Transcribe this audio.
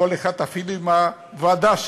כל אחד אפילו עם הוועדה שלו,